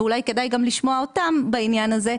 ואולי כדאי גם לשמוע אותם בעניין הזה,